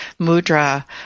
mudra